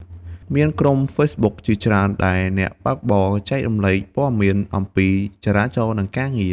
មានក្រុមហ្វេសប៊ុកជាច្រើនដែលអ្នកបើកបរចែករំលែកព័ត៌មានអំពីចរាចរណ៍ និងការងារ។